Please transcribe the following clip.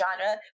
genre